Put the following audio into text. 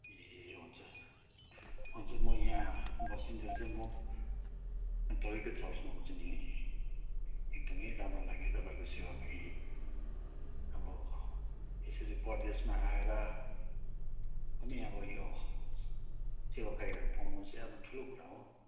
ए हुन्छ हुन्छ म यहाँ बसिन्जेल चाहिँ म तपाईँकै चर्चमा आउँछु नि है एकदमै राम्रो लाग्यो तपाईँहरूको सेवाकार्य अब यसरी परदेसमा आएर पनि अब यो सेवाकार्यहरू पाउनु चाहिँ अब ठुलो कुरा हो